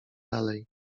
dalej